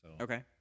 Okay